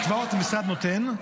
המשרד נותן.